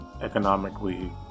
economically